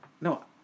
no